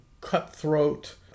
cutthroat